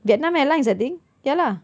vietnam airlines I think ya lah